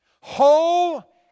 whole